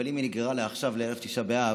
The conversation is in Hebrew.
אבל אם היא נגררה לעכשיו, לערב תשעה באב,